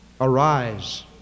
arise